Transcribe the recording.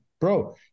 Bro